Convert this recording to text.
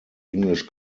english